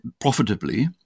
profitably